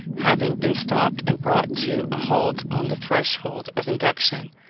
having been stopped and brought to a halt on the threshold of induction.